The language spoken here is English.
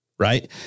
right